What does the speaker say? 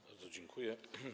Bardzo dziękuję.